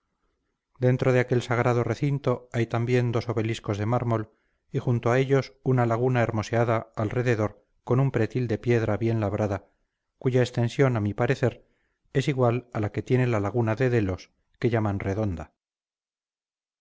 dentro de aquel sagrado recinto hay también dos obeliscos de mármol y junto a ellos una laguna hermoseada alrededor con un pretil de piedra bien labrada cuya extensión a mi parecer es igual a la que tiene la laguna de delos que llaman redonda